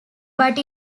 but